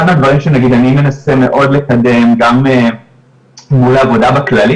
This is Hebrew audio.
אחד מהדברים שנגיד אני מנסה מאוד לקדם גם מול העבודה בכללי